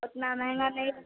उतना महँगा नहीं